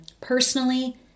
personally